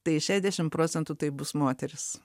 tai šešiasdešimt procentų tai bus moteris